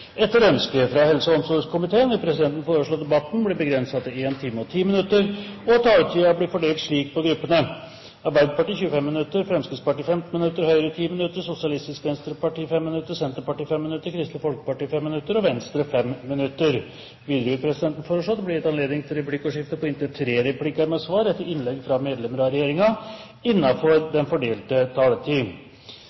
Etter ønske fra helse- og omsorgskomiteen vil presidenten foreslå at debatten blir begrenset til 1 time og 10 minutter, og at taletiden blir fordelt slik på gruppene: Arbeiderpartiet 25 minutter, Fremskrittspartiet 15 minutter, Høyre 10 minutter, Sosialistisk Venstreparti 5 minutter, Senterpartiet 5 minutter, Kristelig Folkeparti 5 minutter og Venstre 5 minutter. Videre vil presidenten foreslå at det blir gitt anledning til replikkordskifte på inntil tre replikker med svar etter innlegg fra medlemmer av